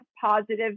positive